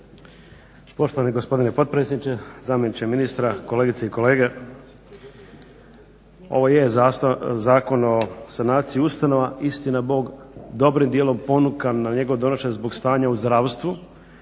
Poštovani gospodine potpredsjedniče, zamjeniče ministra, kolegice i kolege. Ovo je Zakon o sanaciji ustanova, istina Bog dobrim dijelom ponukan na njegovo donošenje zbog stanja u zdravstvu,